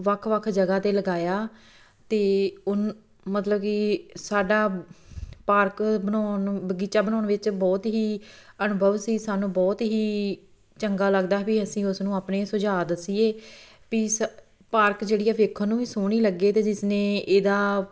ਵੱਖ ਵੱਖ ਜਗ੍ਹਾ 'ਤੇ ਲਗਾਇਆ ਅਤੇ ਉਨ ਮਤਲਬ ਕਿ ਸਾਡਾ ਪਾਰਕ ਬਣਾਉਣ ਬਗੀਚਾ ਬਣਾਉਣ ਵਿੱਚ ਬਹੁਤ ਹੀ ਅਨੁਭਵ ਸੀ ਸਾਨੂੰ ਬਹੁਤ ਹੀ ਚੰਗਾ ਲੱਗਦਾ ਵੀ ਅਸੀਂ ਉਸਨੂੰ ਆਪਣੇ ਸੁਝਾਅ ਦੱਸੀਏ ਵੀ ਪਾਰਕ ਜਿਹੜੀ ਹੈ ਵੇਖਣ ਨੂੰ ਵੀ ਸੋਹਣੀ ਲੱਗੇ ਅਤੇ ਜਿਸ ਨੇ ਇਹਦਾ